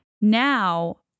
now